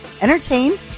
entertain